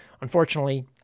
unfortunately